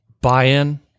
buy-in